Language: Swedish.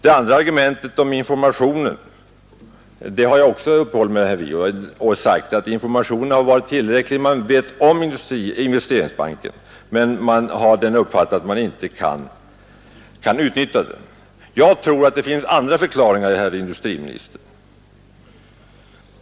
Jag har också uppehållit mig vid det andra argumentet, om informationen, och sagt att denna varit tillräcklig. Man känner till att Investeringsbanken finns men har den uppfattningen att man inte kan utnyttja den. Jag tror att det finns andra förklaringar, herr industriminister.